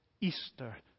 Easter